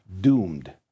doomed